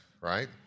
right